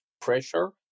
pressure